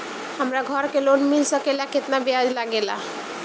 हमरा घर के लोन मिल सकेला केतना ब्याज लागेला?